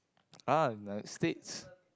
ah United-States